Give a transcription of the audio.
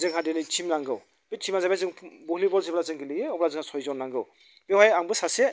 जोंहा दिनै टिम नांगौ बे टिमा जाबाय जों भलिबल जेब्ला जों गेलेयो अब्ला जोंहा सय जन नांगौ बेवहाय आंबो सासे